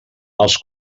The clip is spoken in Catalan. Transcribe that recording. els